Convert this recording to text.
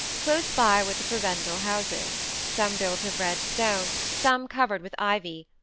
close by, were the prebendal houses some built of red stone, some covered with ivy,